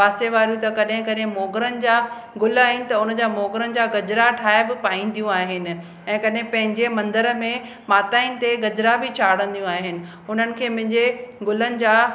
पासे वारियूं त कॾहिं कॾहिं मोगरनि जा गुल आहिनि त उनजा मोगरनि जा गजरा ठाहे बि पाइंदियूं आहिनि ऐं कॾहिं पंहिंजे मंदर में माता इन ते गजरा बि चाढ़नदियूं आहिनि हुननि खे मुंहिंजे गुलनि जा